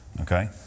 okay